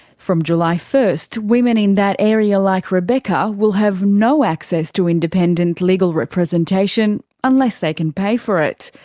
from july first, women in that area like rebecca will have no access to independent legal representation, unless they can pay for it.